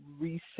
recent